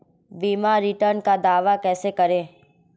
बीमा रिटर्न का दावा कैसे करें?